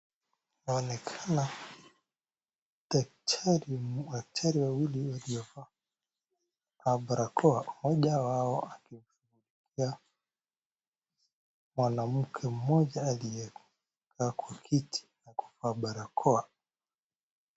Inaonekana daktari wawili waliovaa barakoa mmoja wao akiwa mwanamke mmoja aliyekaa kwa kiti na kuvaa barakoa.